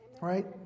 right